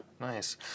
Nice